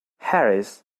harris